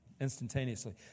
instantaneously